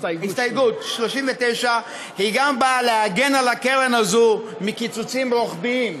הסתייגות 39. הסתייגות 39 גם באה להגן על הקרן הזאת מקיצוצים רוחביים.